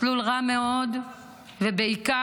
מסלול רע מאוד בעיקר